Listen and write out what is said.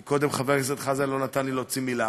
כי קודם חבר הכנסת חזן לא נתן לי להוציא מילה,